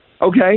Okay